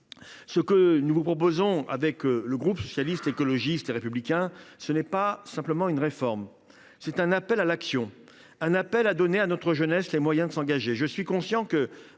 ce que vous propose le groupe Socialiste, Écologiste et Républicain, ce n’est pas seulement une réforme, c’est un appel à l’action, un appel à donner à notre jeunesse les moyens de s’engager